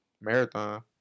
Marathon